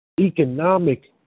Economic